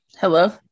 Hello